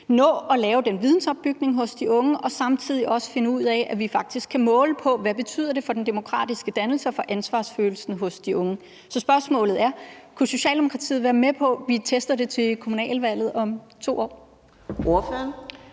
nå at lave den vidensopbygning hos de unge og samtidig også finde ud af, at vi faktisk kan måle på, hvad det betyder for den demokratiske dannelse og for ansvarsfølelsen hos de unge. Så spørgsmålet er: Kunne Socialdemokratiet være med på, at vi tester det til kommunalvalget om 2 år?